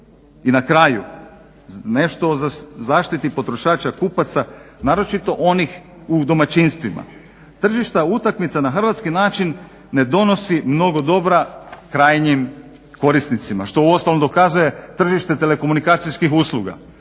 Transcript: I na kraju nešto o zaštiti potrošača kupaca naročito onih u domaćinstvima. Tržišta utakmica na hrvatski način ne donosi mnogo dobra krajnjim korisnicima što uostalom dokazuje tržište telekomunikacijskih usluga,